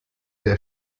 der